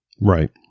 Right